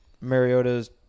Mariota's